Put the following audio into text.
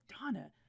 Donna